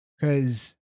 Cause